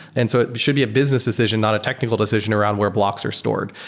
and so it should be a business decision, not a technical decision around where blocks are stored.